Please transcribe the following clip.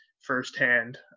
firsthand